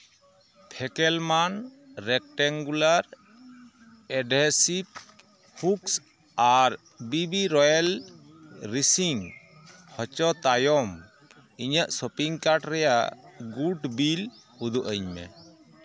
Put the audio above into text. Fackelmann rectangular adhesive hooks ᱟᱨ ᱵᱤᱵᱤᱼᱨᱳᱭᱮᱞ ᱨᱤᱥᱤᱝ ᱦᱚᱪᱚ ᱛᱟᱭᱚᱢ ᱤᱧᱟᱹᱜ ᱥᱚᱯᱤᱝ ᱠᱟᱨᱴ ᱨᱮᱭᱟᱜ ᱜᱩᱴ ᱵᱤᱞ ᱩᱫᱩᱜ ᱟᱹᱧᱢᱮ